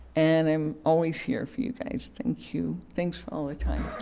and i'm always here for you guys. thank you. thanks for all the time.